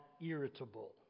irritable